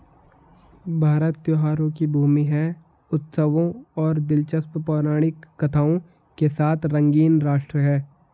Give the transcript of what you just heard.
भारत त्योहारों की भूमि है, उत्सवों और दिलचस्प पौराणिक कथाओं के साथ रंगीन राष्ट्र है